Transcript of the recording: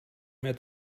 mehr